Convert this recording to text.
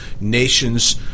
nation's